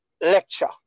lecture